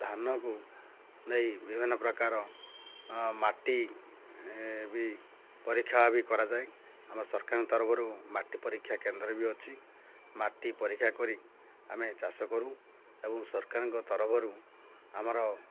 ଧାନକୁ ନେଇ ବିଭିନ୍ନ ପ୍ରକାର ମାଟି ବି ପରୀକ୍ଷା ବି କରାଯାଏ ଆମ ସରକାରଙ୍କ ତରଫରୁ ମାଟି ପରୀକ୍ଷା କେନ୍ଦ୍ର ବି ଅଛି ମାଟି ପରୀକ୍ଷା କରି ଆମେ ଚାଷ କରୁ ଏବଂ ସରକାରଙ୍କ ତରଫରୁ ଆମର